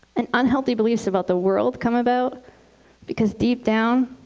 and unhealthy beliefs about the world come about because deep down,